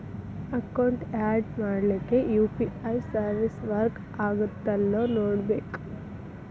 account add ಮಾಡ್ಲಿಕ್ಕೆ UPI service work ಆಗತ್ತೇಲ್ಲೋ ನೋಡ್ಕೋಬೇಕ್